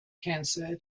cancer